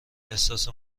احساس